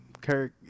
Kirk